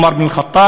עומר אבן אל-ח'טאב,